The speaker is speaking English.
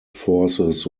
forces